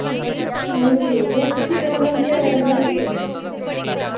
हां जी नमस्ते जी राम राम केह् हाल ऐ बंदना जी